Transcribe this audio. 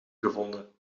gevonden